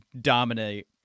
dominate